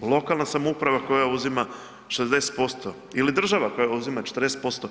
Lokalna samouprava koja uzima 40% ili država koja uzima 40%